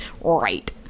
right